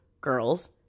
girls